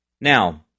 Now